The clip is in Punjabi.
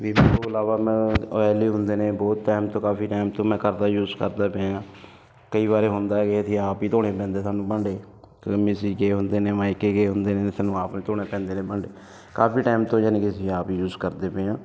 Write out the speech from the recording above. ਵਿੰਮ ਤੋਂ ਇਲਾਵਾ ਮੈਂ ਓਇਲੀ ਹੁੰਦੇ ਨੇ ਬਹੁਤ ਟਾਈਮ ਤੋਂ ਕਾਫੀ ਟਾਈਮ ਤੋਂ ਮੈਂ ਕਰਦਾ ਯੂਜ ਕਰਦਾ ਪਿਆ ਕਈ ਵਾਰ ਹੁੰਦਾ ਕਿ ਆਪ ਹੀ ਧੋਣੇ ਪੈਂਦੇ ਸਾਨੂੰ ਭਾਂਡੇ ਕਈ ਵਾਰੀ ਮਿਸਿਜ਼ ਗਏ ਹੁੰਦੇ ਨੇ ਮਾਈਕੇ ਗਏ ਹੁੰਦੇ ਨੇ ਸਾਨੂੰ ਆਪ ਨੂੰ ਧੋਣੇ ਪੈਂਦੇ ਨੇ ਭਾਂਡੇ ਕਾਫੀ ਟਾਇਮ ਤੋਂ ਯਾਨੀ ਕਿ ਅਸੀਂ ਆਪ ਯੂਜ਼ ਕਰਦੇ ਪਏ ਹਾਂ